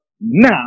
Now